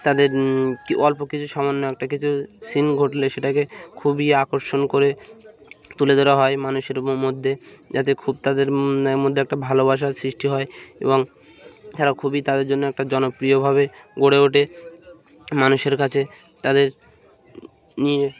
তাদের অল্প কিছু সামান্য একটা কিছু সিন ঘটলে সেটাকে খুবই আকর্ষণ করে তুলে ধরা হয় মানুষের মধ্যে যাতে খুব তাদের মধ্যে একটা ভালোবাসার সৃষ্টি হয় এবং তারা খুবই তাদের জন্য একটা জনপ্রিয়ভাবে গড়ে ওঠে মানুষের কাছে তাদের নিয়ে